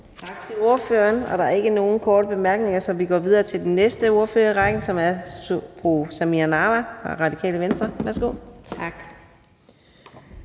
Tak til ordføreren. Der er ikke nogen korte bemærkninger, så vi går videre til næste ordfører i rækken, som er fru Samira Nawa fra Radikale Venstre. Værsgo. Kl.